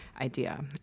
idea